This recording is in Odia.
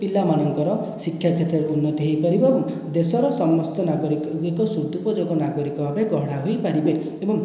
ପିଲାମାନଙ୍କର ଶିକ୍ଷାକ୍ଷେତ୍ରରେ ଉନ୍ନତି ହୋଇପାରିବ ଦେଶର ସମସ୍ତ ନାଗରିକ ସଦୁପଯୋଗ ନାଗରିକ ଭାବେ ଗଢ଼ା ହୋଇପାରିବେ ଏବଂ